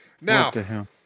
Now